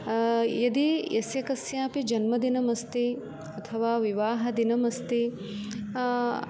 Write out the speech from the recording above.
यदि यस्य कस्यापि जन्मदिनमस्ति अथवा विवाहदिनमस्ति